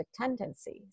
tendencies